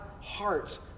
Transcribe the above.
heart